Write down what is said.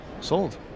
Sold